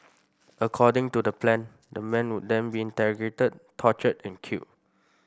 according to the plan the man would then be interrogated tortured and killed